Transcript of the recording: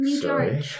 Sorry